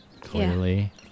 clearly